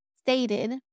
stated